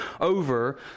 over